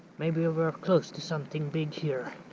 maybe we were ah close to something big here